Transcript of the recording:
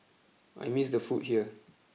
I miss the food here